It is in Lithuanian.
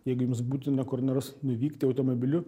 jeigu jums būtina kur nors nuvykti automobiliu